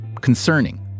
concerning